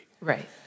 Right